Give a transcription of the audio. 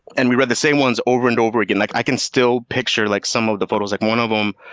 and we read the same ones over and over again! like i can still picture like some of the photos. like one of them,